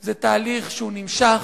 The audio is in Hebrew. הוא תהליך נמשך.